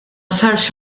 sarx